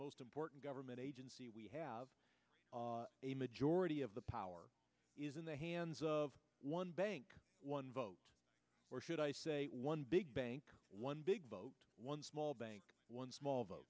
most important government agency we have a majority of the power in the hands of one bank one vote or should i say one big bank one big vote one small bank one small